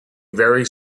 very